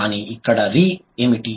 కానీ ఇక్కడ రీ ఏమిటి